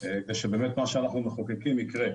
כדי שמה שאנחנו מחוקקים יקרה.